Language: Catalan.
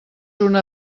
una